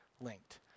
linked